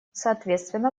соответственно